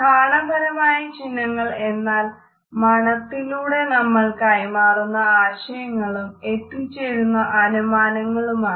ഘ്രാണപരമായ ചിഹ്നങ്ങൾ എന്നാൽ മണത്തിലൂടെ നമ്മൾ കൈമാറുന്ന ആശയങ്ങളും എത്തിച്ചേരുന്ന അനുമാനങ്ങളുമാണ്